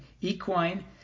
equine